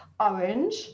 orange